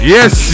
Yes